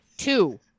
Two